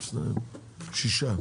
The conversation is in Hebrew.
הצבעה 2 בעד, 6 נגד.